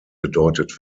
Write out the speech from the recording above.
gedeutet